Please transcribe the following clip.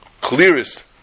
clearest